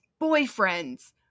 boyfriends